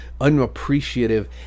unappreciative